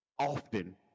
often